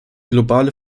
globale